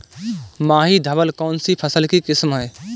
माही धवल कौनसी फसल की किस्म है?